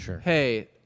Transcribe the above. hey